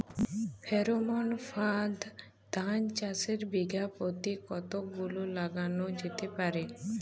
Pheromone ফাঁদ ধান চাষে বিঘা পতি কতগুলো লাগানো যেতে পারে?